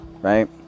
right